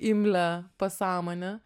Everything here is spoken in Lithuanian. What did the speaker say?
imlią pasąmonę